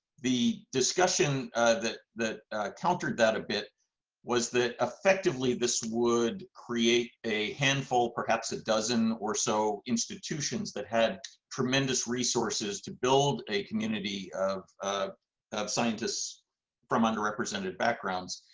the discussion that that countered that a bit was that effectively this would create a handful perhaps a dozen or so institutions that have tremendous resources to build a community of scientists from underrepresented backgrounds,